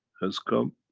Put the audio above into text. has come